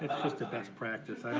just a best practice.